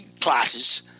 classes